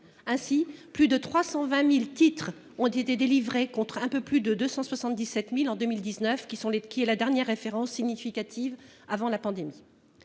Ainsi, plus de 320 000 titres ont été délivrés, contre un peu plus de 277 000 en 2019, qui est la dernière référence significative avant la pandémie.